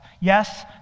Yes